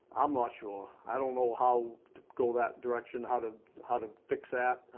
um ah sure. i don't know how to go that direction, how to how to fix that.